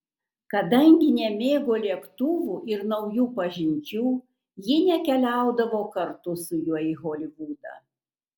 kadangi nemėgo lėktuvų ir naujų pažinčių ji nekeliaudavo kartu su juo į holivudą